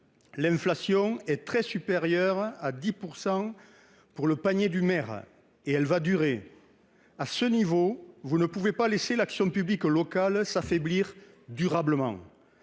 L'inflation est très supérieure à 10 % pour le panier du maire, et elle va durer. À ce niveau, vous ne pouvez pas laisser l'action publique locale s'affaiblir durablement.